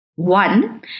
One